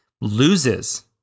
loses